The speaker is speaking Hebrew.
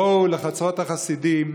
בואו לחצרות החסידים,